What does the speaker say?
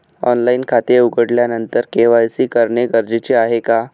Online खाते उघडल्यानंतर KYC करणे गरजेचे आहे का?